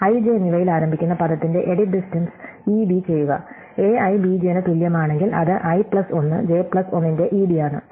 i j എന്നിവയിൽ ആരംഭിക്കുന്ന പദത്തിന്റെ എഡിറ്റ് ഡിസ്റ്റ്ടെൻസ് ED ചെയ്യുക ai bj ന് തുല്യമാണെങ്കിൽ അത് i പ്ലസ് 1 j പ്ലസ് 1 ന്റെ ED ആണ്